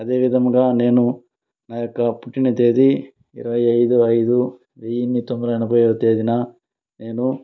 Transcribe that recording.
అదేవిధముగా నేను నా యొక్క పుట్టిన తేది ఇరవైఐదు ఐదు వెయ్యిన్ని తొమ్మిదివందల ఎనభైవ తేదిన నేను